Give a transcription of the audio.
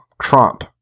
Trump